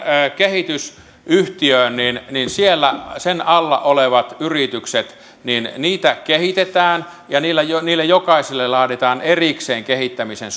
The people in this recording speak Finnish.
kehitysyhtiöön niin niin sen alla olevia yrityksiä kehitetään ja niille jokaiselle laaditaan erikseen kehittämisen